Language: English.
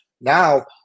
now